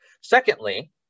Secondly